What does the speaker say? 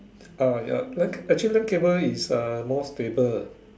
ah ya actually land cable is more stable